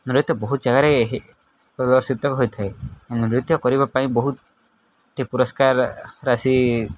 ନୃତ୍ୟ ବହୁତ ଜାଗାରେ ପ୍ରଦର୍ଶିତ ହୋଇଥାଏ ନୃତ୍ୟ କରିବା ପାଇଁ ବହୁତଟି ପୁରସ୍କାର ରାଶି